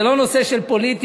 זה לא נושא של פוליטיקה,